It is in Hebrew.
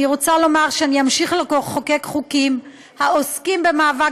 אני רוצה לומר שאני אמשיך לחוקק חוקים העוסקים במאבק